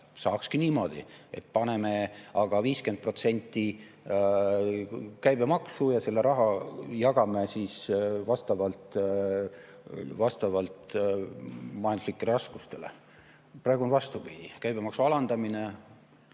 saakski niimoodi, et paneme 50% käibemaksu ja selle raha jagame siis vastavalt majanduslikele raskustele. Praegu on vastupidi, käibemaksu alandamine